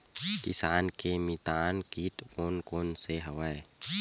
किसान के मितान कीट कोन कोन से हवय?